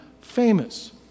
famous